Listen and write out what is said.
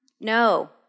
No